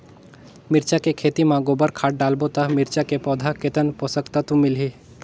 मिरचा के खेती मां गोबर खाद डालबो ता मिरचा के पौधा कितन पोषक तत्व मिलही?